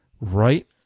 right